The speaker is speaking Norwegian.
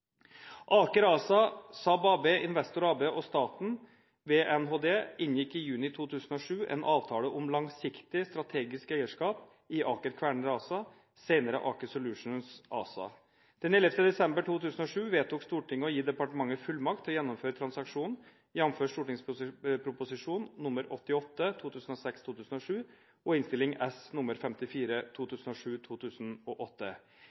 Aker ASA, SAAB AB, Investor AB og staten ved Nærings- og handelsdepartementet inngikk i juni 2007 en avtale om langsiktig, strategisk eierskap i Aker Kværner ASA, senere Aker Solutions ASA. Den 11. desember 2007 vedtok Stortinget å gi departementet fullmakt til å gjennomføre transaksjonen, jf. St.prp. nr. 88 for 2006–2007 og Innst S. nr. 54